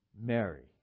Mary